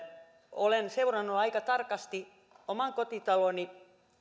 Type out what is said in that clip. olen seurannut aika tarkasti oman kotitaloni